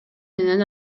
менен